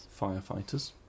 Firefighters